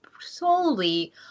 solely